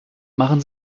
machen